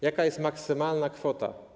Jaka jest maksymalna kwota?